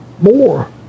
more